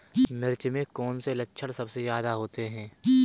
मिर्च में कौन से लक्षण सबसे ज्यादा होते हैं?